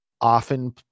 often